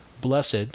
blessed